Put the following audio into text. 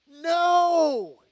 no